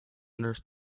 nurse